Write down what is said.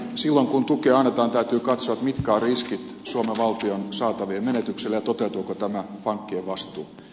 silloin kun tukea annetaan täytyy katsoa mitkä ovat riskit suomen valtion saatavien menetykselle ja toteutuuko tämä pankkien vastuu